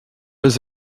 does